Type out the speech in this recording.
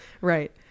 Right